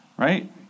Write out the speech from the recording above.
Right